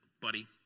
buddy